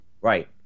Right